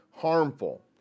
Harmful